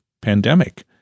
pandemic